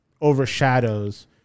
overshadows